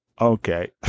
Okay